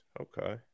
Okay